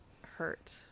hurt